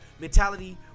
Mentality